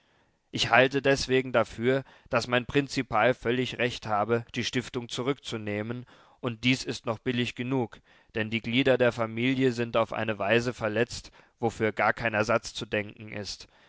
ich halte deswegen dafür daß mein prinzipal völlig recht habe die stiftung zurückzunehmen und dies ist noch billig genug denn die glieder der familie sind auf eine weise verletzt wofür gar kein ersatz zu denken ist